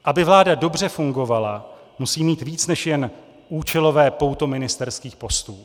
Aby vláda dobře fungovala, musí mít víc než jen účelové pouto ministerských postů.